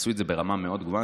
הם עשו את זה ברמה מאוד גבוהה.